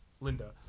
Linda